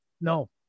No